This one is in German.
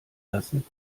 lassen